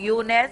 פארס, בבקשה.